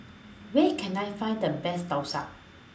Where Can I Find The Best Thosai